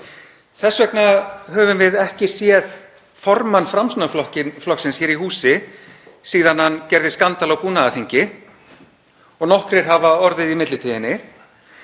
Þess vegna höfum við ekki séð formann Framsóknarflokksins hér í húsi síðan hann gerði skandal á búnaðarþingi og nokkrir hafa orðið í millitíðinni.